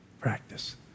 practice